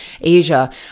Asia